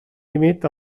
límit